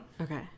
Okay